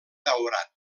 daurat